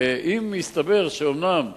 ואם יסתבר שאומנם הקטנועים,